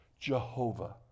Jehovah